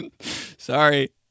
Sorry